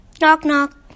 Knock-knock